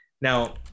now